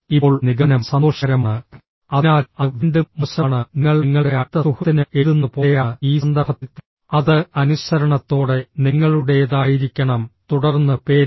ഇപ്പോൾ നിഗമനം സന്തോഷകരമാണ് അതിനാൽ അത് വീണ്ടും മോശമാണ് നിങ്ങൾ നിങ്ങളുടെ അടുത്ത സുഹൃത്തിന് എഴുതുന്നത് പോലെയാണ് ഈ സന്ദർഭത്തിൽ അത് അനുസരണത്തോടെ നിങ്ങളുടേതായിരിക്കണം തുടർന്ന് പേര്